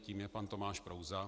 Tím je pan Tomáš Prouza.